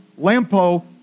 lampo